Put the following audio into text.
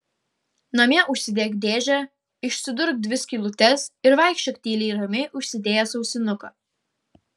namie užsidėk dėžę išsidurk dvi skylutes ir vaikščiok tyliai ramiai užsidėjęs ausinuką